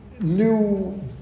new